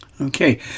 Okay